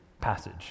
passage